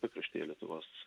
pakraštyje lietuvos